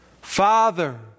Father